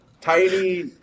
tiny